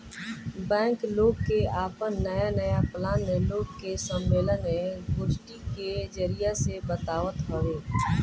bank लोग के आपन नया नया प्लान लोग के सम्मलेन, गोष्ठी के जरिया से बतावत हवे